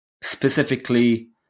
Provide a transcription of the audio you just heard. specifically